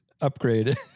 upgrade